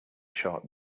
short